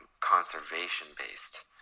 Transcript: conservation-based